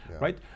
right